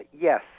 Yes